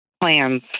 plans